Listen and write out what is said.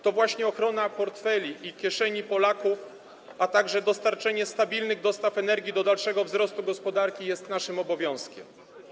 To właśnie ochrona portfeli i kieszeni Polaków, a także zapewnienie stabilnych dostaw energii w celu dalszego wzrostu gospodarki jest naszym obowiązkiem.